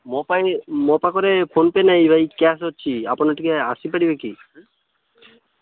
ମୋ ପାଇଁ ମୋ ପାଖରେ ଫୋନ୍ପେ ନାହିଁ ଭାଇ କ୍ୟାସ୍ ଅଛି ଆପଣ ଟିକେ ଆସିପାରିବେ କି